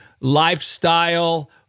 lifestyle